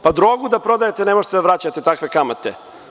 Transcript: Pa, drogu da prodajete ne možete da vraćate takve kamate.